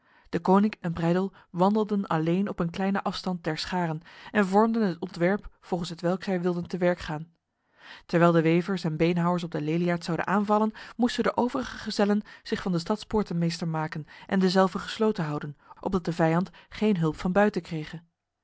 deconinck en breydel wandelden alleen op een kleine afstand der scharen en vormden het ontwerp volgens hetwelk zij wilden te werk gaan terwijl de wevers en beenhouwers op de leliaards zouden aanvallen moesten de overige gezellen zich van de stadspoorten meester maken en dezelve gesloten houden opdat de vijand geen hulp van buiten krege